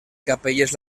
capelles